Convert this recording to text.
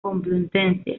complutense